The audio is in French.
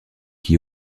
qui